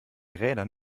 rädern